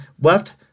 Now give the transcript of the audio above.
left